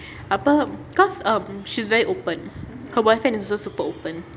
apa cause um she's very open her boyfriend is also super open